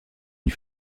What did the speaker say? une